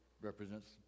represents